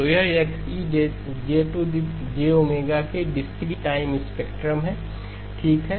तो यह X के डिस्क्रीट टाइम स्पेक्ट्रम है ठीक है